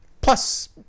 plus